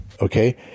Okay